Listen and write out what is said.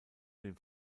den